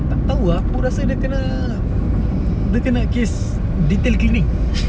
tak tahu ah aku rasa dia kena dia kena kes detailed cleaning